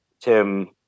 Tim